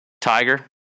Tiger